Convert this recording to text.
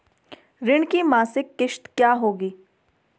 ऋण की मासिक किश्त क्या होगी?